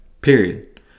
Period